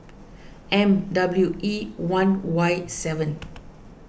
M W E one Y seven